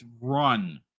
run